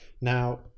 Now